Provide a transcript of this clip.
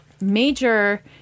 major